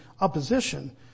opposition